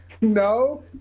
No